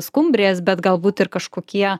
skumbrės bet galbūt ir kažkokie